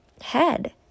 head